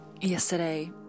Yesterday